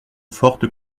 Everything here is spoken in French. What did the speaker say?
forte